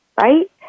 Right